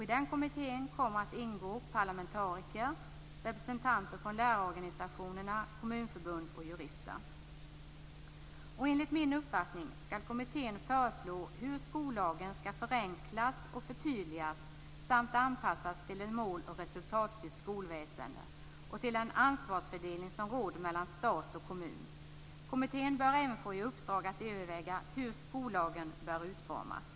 I den kommittén kommer att ingå parlamentariker, representanter för lärarorganisationerna, kommunförbund och jurister. Enligt min uppfattning skall kommittén föreslå hur skollagen skall förenklas och förtydligas samt anpassas till ett mål och resultatstyrt skolväsende och till den ansvarsfördelning som råder mellan stat och kommun. Kommittén bör även få i uppdrag att överväga hur skollagen bör utformas.